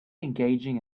engaging